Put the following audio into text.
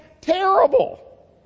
terrible